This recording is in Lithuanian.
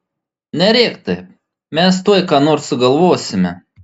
nerėk taip mes tuoj ką nors sugalvosime